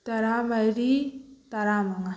ꯇꯔꯥ ꯃꯔꯤ ꯇꯔꯥ ꯃꯉꯥ